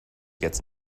gets